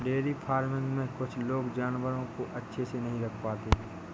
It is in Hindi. डेयरी फ़ार्मिंग में कुछ लोग जानवरों को अच्छे से नहीं रख पाते